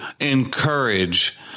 encourage